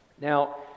Now